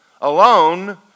alone